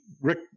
Rick